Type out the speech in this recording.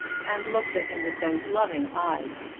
and looked at him with those loving eyes?